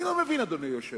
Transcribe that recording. אני לא מבין, אדוני היושב-ראש.